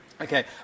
Okay